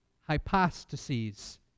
hypostases